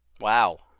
wow